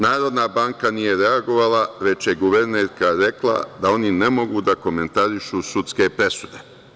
Narodna banka nije reagovala, već je guvernerka rekla da oni ne mogu da komentarišu sudske presude.